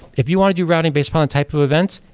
if you want to do routing based upon type of events,